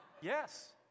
Yes